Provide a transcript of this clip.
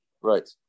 Right